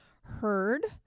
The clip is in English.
heard